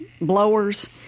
blowers